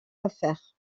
affaires